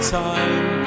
time